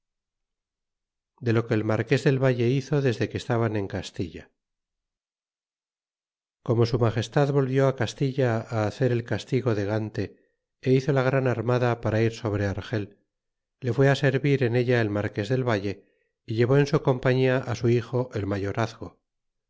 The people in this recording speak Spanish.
ccv neto que el marques del valle hizo desde que estaban en castilla comó su magestad volvió á castilla á hacer el castigo de gante a hizo la gran armada para ir sobre argel le fue servir en ella el marques del valle y llevó en su compañia é su hijo el mayorazgo